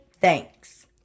thanks